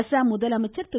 அஸ்ஸாம் முதலமைச்சர் திரு